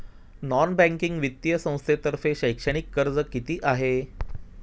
Non banking वित्तीय संस्थांतर्फे शैक्षणिक कर्ज किती आहे?